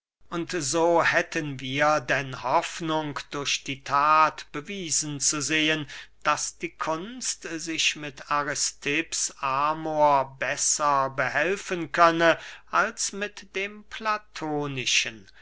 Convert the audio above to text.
und so hätten wir denn hoffnung durch die that bewiesen zu sehen daß die kunst sich mit aristipps amor besser behelfen könne als mit dem platonischen